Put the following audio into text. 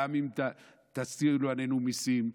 גם אם תשימו עלינו מיסים,